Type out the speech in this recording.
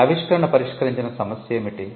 ఈ ఆవిష్కరణ పరిష్కరించిన సమస్య ఏమిటి